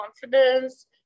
confidence